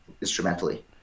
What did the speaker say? instrumentally